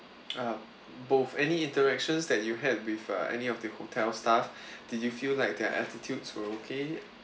ah both any interactions that you had with uh any of the hotel staff did you feel like their attitudes were okay